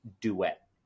duet